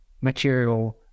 material